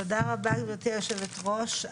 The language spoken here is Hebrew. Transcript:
תודה רבה גברתי יושבת הראש.